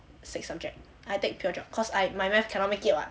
six subject I take pure geo cause I my math cannot make it [what]